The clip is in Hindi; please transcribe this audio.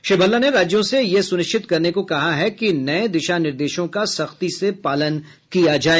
श्री भल्ला ने राज्यों से यह सुनिश्चित करने को कहा है कि नये दिशा निर्देशों का सख्ती से पालन किया जाए